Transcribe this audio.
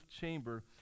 chamber